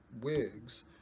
wigs